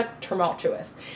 tumultuous